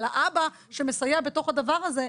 אבל האבא שמסייע בתוך הדבר הזה,